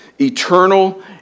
eternal